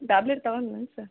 tablet ತಗೊಳ್ಳಲೇನು sir